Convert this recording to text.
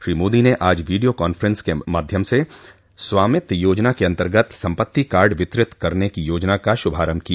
श्री मोदी ने आज video conference के माध्यम से स्वामित्व योजना के अंतर्गत सम्पत्ति कार्ड वितरित करने की योजना का शुभारंभ किया